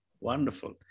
Wonderful